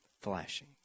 flashing